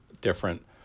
different